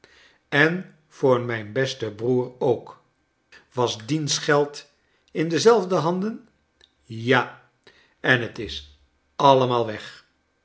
en voor mijn besten broer ook was d i e n s geld in dezelfde handen ja en het is allemaal weg